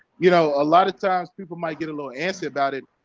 you know a lot of times people might get a little antsy about it,